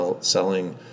selling